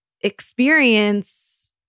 experience